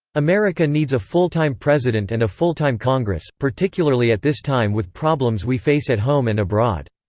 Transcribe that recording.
america needs a full-time president and a full-time congress, particularly at this time with problems we face at home and abroad.